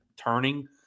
turning